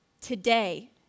today